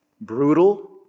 brutal